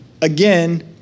Again